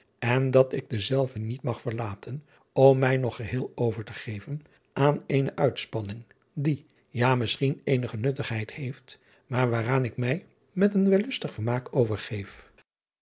en dat ik denzelven niet mag verlaten om mij nog geheel over te geven aan eene uitspanning die ja misschien eenige nuttigheid heeft maar waaraan ik mij driaan oosjes zn et leven van illegonda uisman met een wellustig vermaak overgeef